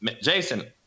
Jason